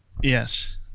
Yes